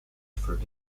through